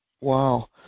Wow